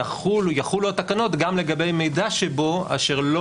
יחולו התקנות גם לגבי מידע שבו אשר לא